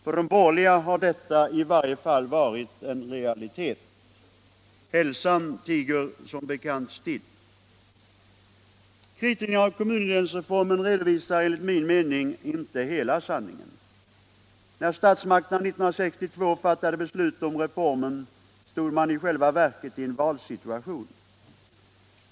För de borgerliga har detta i varje fall varit en realitet. Hälsan tiger som bekant still. Kritikerna av kommunindelningsreformen redovisar enligt min mening inte hela sanningen. När statsmakterna 1962 fattade beslut om reformen stod man i själva verket i en valsituation.